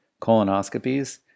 colonoscopies